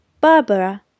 Barbara